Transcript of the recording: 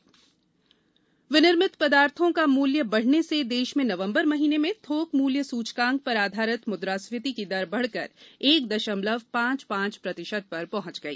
मुल्य सुचकांक विनिर्मित पदार्थों का मूल्य बढने से देश में नवम्बर महीने में थोक मूल्य सूचकांक पर आधारित मुद्रास्फीति की दर बढकर एक दशमलव पांच पांच प्रतिशत पर पहंच गई